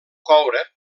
coure